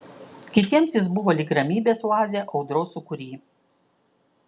kitiems jis buvo lyg ramybės oazė audros sūkury